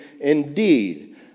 indeed